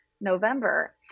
November